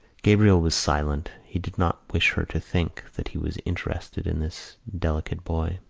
gabriel was silent. he did not wish her to think that he was interested in this delicate boy.